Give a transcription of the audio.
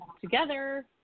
together